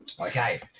okay